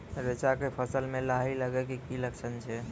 रैचा के फसल मे लाही लगे के की लक्छण छै?